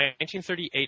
1938